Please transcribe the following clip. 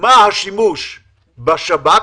מה השימוש בשב"כ,